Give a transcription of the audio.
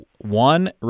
one